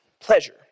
pleasure